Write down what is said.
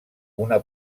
una